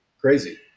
Crazy